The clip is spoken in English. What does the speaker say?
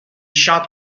shot